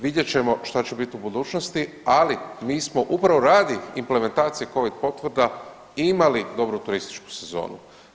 Vidjet ćemo što će biti u budućnosti ali mi smo upravo radi implementacije covid potvrda imali dobru turističku sezonu.